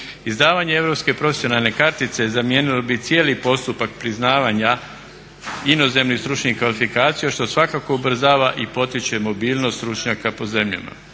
Izdavanje europske profesionalne kartice zamijenilo bi cijeli postupak priznavanja inozemnih stručnih kvalifikacija što svakako ubrzava i potiče mobilnost stručnjaka po zemljama.